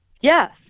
yes